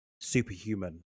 superhuman